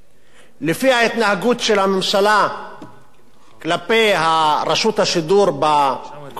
לפי ההתנהגות של הממשלה כלפי רשות השידור בתקופה האחרונה,